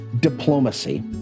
diplomacy